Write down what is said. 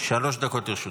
שלוש דקות לרשותך.